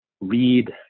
read